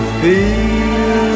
feel